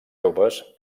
joves